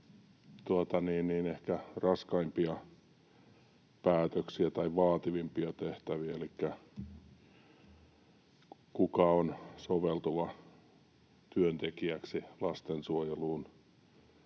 ehkä raskaimpia päätöksiä tai vaativimpia tehtäviä, elikkä siitä, kuka on soveltuva työntekijäksi lastensuojeluun,